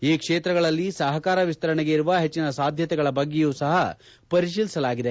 ಈ ಕ್ಷೇತ್ರಗಳಲ್ಲಿ ಸಹಕಾರ ವಿಸ್ತರಣೆಗೆ ಇರುವ ಹೆಚ್ಚನ ಸಾಧ್ಯತೆಗಳ ಬಗೆಯೂ ಸಹ ಪರಿಶೀಲಿಸಲಾಗಿದೆ